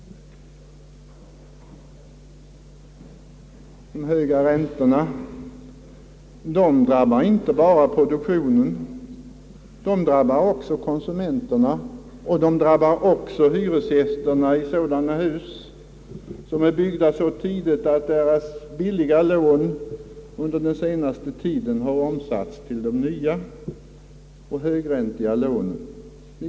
De höga räntorna drabbar inte bara produktionen; de drabbar också konsumenterna och de drabbar hyresgästerna i hus som är byggda så tidigt att de billiga lånen under den senaste tiden har omsatts i nya högprocentiga lån.